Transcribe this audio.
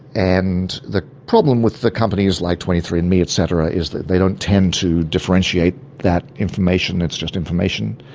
and the problem with the companies like twenty three and andme, et cetera, is that they don't tend to differentiate that information it's just information.